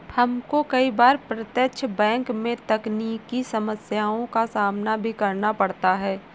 हमको कई बार प्रत्यक्ष बैंक में तकनीकी समस्याओं का सामना भी करना पड़ता है